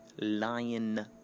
Lion